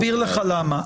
אני יסביר לך למה,